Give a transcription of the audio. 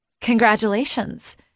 Congratulations